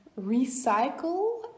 recycle